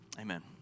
amen